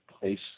place